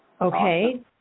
okay